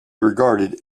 regarded